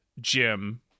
Jim